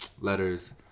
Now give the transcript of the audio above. letters